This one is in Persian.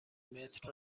متر